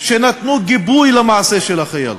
שנתנו גיבוי למעשה של החייל.